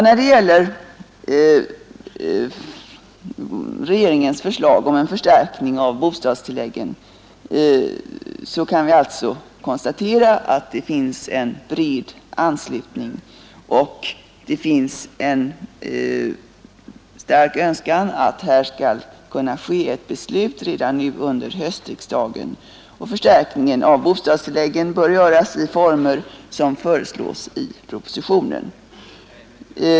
När det gäller regeringens förslag om en förstärkning av bostadstilläggen kan vi alltså konstatera att det finns en bred anslutning, och det finns en stark önskan att här skall kunna fattas ett beslut redan nu under höstriksdagen. Förstärkningen av bostadstilläggen bör göras i former som föreslås i propositionen.